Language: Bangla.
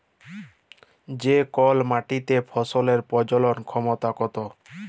যে কল মাটিতে ফসলের প্রজলল ক্ষমতা কত